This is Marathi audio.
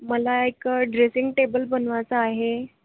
मला एक ड्रेसिंग टेबल बनवायचा आहे